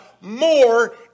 more